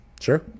Sure